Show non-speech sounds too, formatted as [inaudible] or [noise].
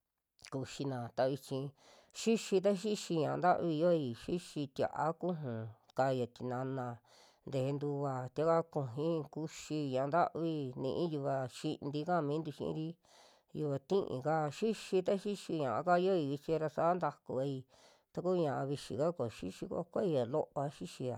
[noise] kuxina ta vichi, xixi ta xixii ñaa ntavi yioi xixi tia'a kuju, kaya tinana teje ntuva tieka kujui kuxi ñaa ntavi, nii yuva xinti kaa mintu xi'iri, yuva ti'í'ka, xixi ta xii ñaa ka yioi vichi ra saa ntakuvai taku ñaa vixi ka ko xixi kuai loo va xixia